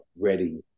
ready